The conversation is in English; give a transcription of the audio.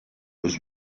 was